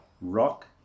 rock